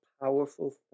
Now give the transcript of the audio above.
powerful